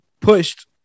pushed